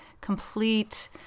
complete